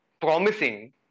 promising